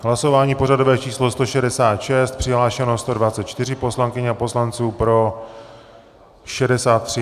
Hlasování pořadové číslo 166, přihlášeno 124 poslankyň a poslanců, pro 63.